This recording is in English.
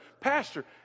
pastor